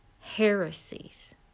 heresies